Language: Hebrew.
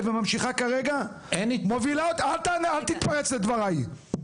וממשיכה כרגע --- אין --- אל תתפרץ לדבריי.